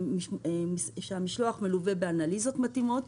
שהמשלוח מלווה באנליזות מתאימות.